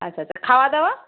আচ্ছা আচ্ছা খাওয়া দাওয়া